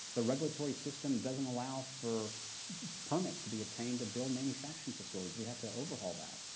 the regulatory system doesn't allow for permits to be obtained to build manufacturing facilities. we have to overhaul that.